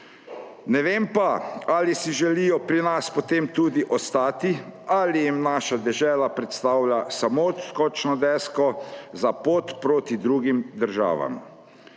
Ne vem pa, ali si želijo pri nas potem tudi ostati, ali jim naša dežela predstavlja samo odskočno desko za pot proti drugim državam.